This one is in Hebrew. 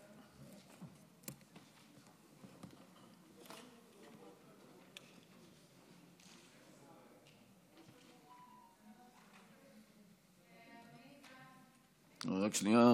רק שנייה.